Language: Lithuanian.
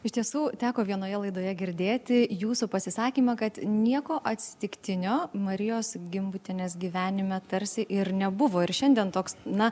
iš tiesų teko vienoje laidoje girdėti jūsų pasisakymą kad nieko atsitiktinio marijos gimbutienės gyvenime tarsi ir nebuvo ir šiandien toks na